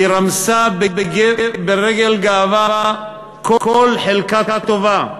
היא רמסה ברגל גאווה כל חלקה טובה,